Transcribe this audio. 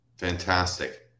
Fantastic